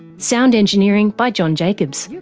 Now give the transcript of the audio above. sound engineering by john jacobs.